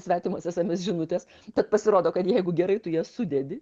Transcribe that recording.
svetimos sms žinutės bet pasirodo kad jeigu gerai tu jas sudedi